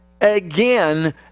again